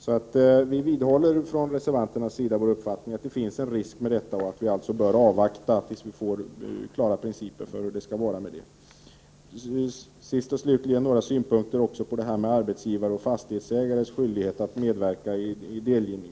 Så vi vidhåller från reservanternas sida vår uppfattning att det finns en risk med detta och att man alltså bör avvakta tills det blir klara principer. Sist och slutligen också några synpunkter på detta med arbetsgivares och fastighetsägares skyldigheter att medverka i delgivning.